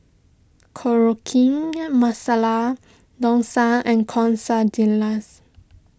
Masala Dosa and Quesadillas